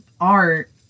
art